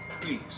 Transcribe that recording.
Please